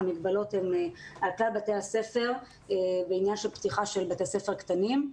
המגבלות הן על כלל בתי הספר בעניין פתיחה של בתי ספר קטנים.